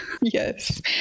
Yes